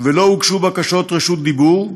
ולא הוגשו בקשות רשות דיבור,